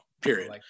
period